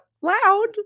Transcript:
loud